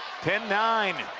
ten nine.